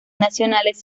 nacionales